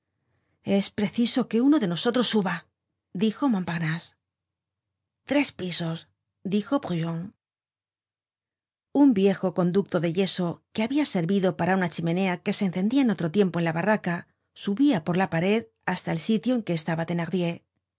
es preciso que uno de nosotros suba dijo montparnase una cuerda mi cuerda content from google book search generated at tres pisos dijo brujon un viejo conducto de yeso que habia servido para una chimenea que se encendia en otro tiempo en la barraca subia por la pared hasta el sitio en que estaba thenardier este